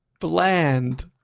Bland